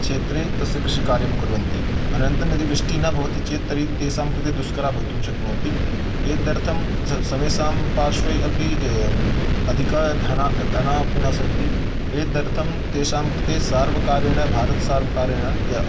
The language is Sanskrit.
क्षेत्रे तस्य कृषिकार्यं कुर्वन्ति अनन्तरं यदि वृष्टि न भवति चेत् तर्हि तेषां कृते दुष्करः भवितुं शक्नोति एतदर्थं स समेषां पार्श्वे अपि अधिकं धनं धनमपि न सन्ति एतदर्थं तेषां कृते सर्वकारेण भारतसर्वकारेण या